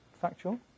factual